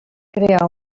crear